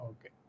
Okay